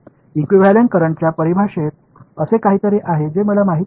equivalent करंटच्या परिभाषेत असे काहीतरी आहे जे मला माहित नाही